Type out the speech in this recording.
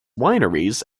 wineries